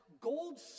gold